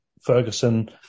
Ferguson